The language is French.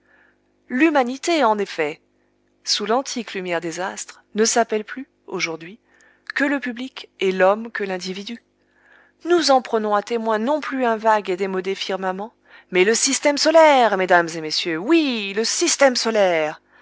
l'humanité en effet sous l'antique lumière des astres ne s'appelle plus aujourd'hui que le public et l'homme que l'individu nous en prenons à témoin non plus un vague et démodé firmament mais le système solaire mesdames et messieurs oui le système solaire